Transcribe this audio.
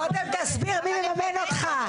קודם תסביר מי מממן אותך.